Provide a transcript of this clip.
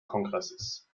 kongresses